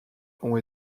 ont